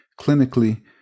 clinically